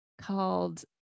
called